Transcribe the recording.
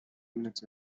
minutes